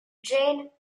jane